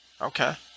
Okay